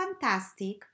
fantastic